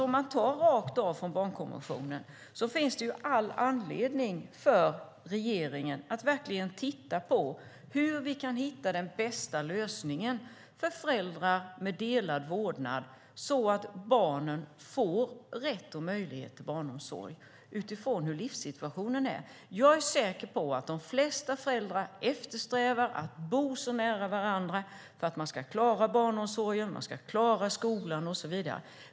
Om man ser till barnkonventionens formuleringar finns det all anledning för regeringen att verkligen titta på hur vi kan hitta den bästa lösningen för föräldrar med delad vårdnad, så att barnen får rätt och möjlighet till barnomsorg utifrån hur livssituationen är. Jag är säker på att de flesta föräldrar eftersträvar att bo så nära varandra som möjligt för att man ska kunna klara barnomsorgen, skolan och så vidare.